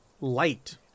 light